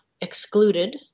excluded